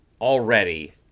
already